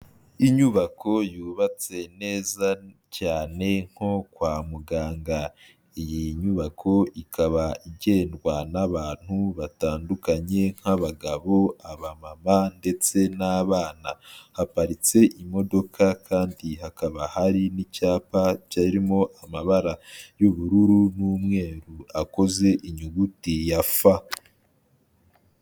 Inyubako yubatse neza cyane nko kwa muganga. iyi nyubako ikaba igendwa n'abantu batandukanye nk'abagabo, aba mama ,ndetse n'abana. haparitse imodoka kandi, hakaba hari n'icyapa cyarimo amabara y'ubururu n'umweru akoze inyuguti ya F.